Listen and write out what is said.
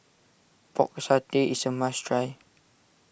Pork Satay is a must try